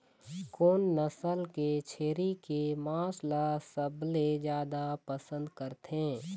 कोन नसल के छेरी के मांस ला सबले जादा पसंद करथे?